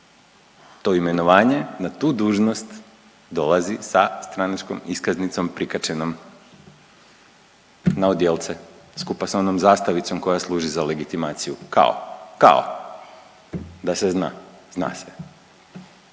to imenovanje na tu dužnost dolazi sa stranačkom iskaznicom prikačenom na odijelce skupa sa onom zastavicom koja služi za legitimaciju, kao, kao da se zna. Zna se!